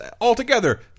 Altogether